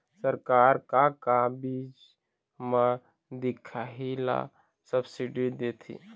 सरकार का का चीज म दिखाही ला सब्सिडी देथे?